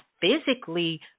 physically